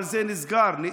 אבל זה נסגר בפניהם,